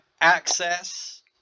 access